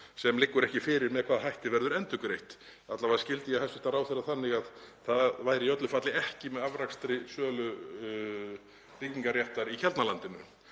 sem liggur ekki fyrir með hvaða hætti verður endurgreitt. Alla vega skildi ég hæstv. ráðherra þannig að það væri í öllu falli ekki með afrakstri sölu byggingarréttar í Keldnalandinu